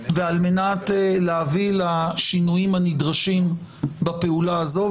ועל מנת להביא לשינויים הנדרשים בפעולה הזו,